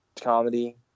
comedy